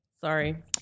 Sorry